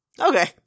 Okay